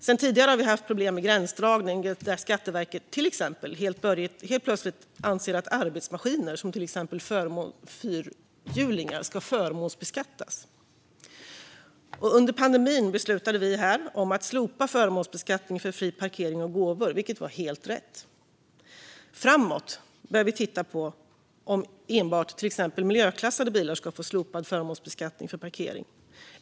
Sedan tidigare har vi haft problem med gränsdragning, där Skatteverket helt plötsligt anser att arbetsmaskiner, till exempel fyrhjulingar, ska förmånsbeskattas. Under pandemin beslutade vi här att slopa förmånsbeskattning för fri parkering och gåvor, vilket var helt rätt. Framåt bör vi titta på om enbart miljöklassade bilar ska få slopad förmånsbeskattning för parkering.